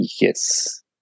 Yes